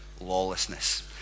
Lawlessness